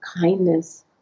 kindness